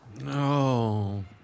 No